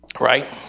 Right